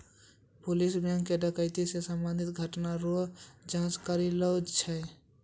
police bank डकैती से संबंधित घटना रो जांच करी रहलो छै